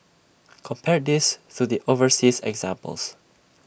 compare this to the overseas examples